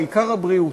העיקר הבריאות,